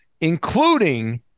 including